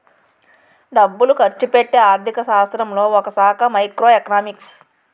డబ్బులు ఖర్చుపెట్టే ఆర్థిక శాస్త్రంలో ఒకశాఖ మైక్రో ఎకనామిక్స్